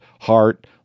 heart